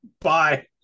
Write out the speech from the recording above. Bye